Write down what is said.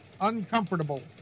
uncomfortable